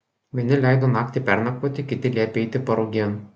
vieni leido naktį pernakvoti kiti liepė eiti parugėn